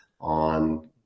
on